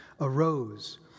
arose